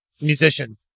musician